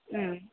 ಹ್ಞೂ